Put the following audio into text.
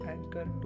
Anchor